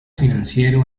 financiero